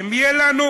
עובדיהם?